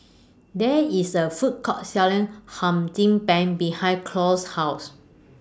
There IS A Food Court Selling Hum Chim Peng behind Cloyd's House